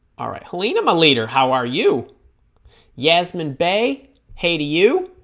all right helene i'm a leader how are you yasmin bae hey to you